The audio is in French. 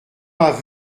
pas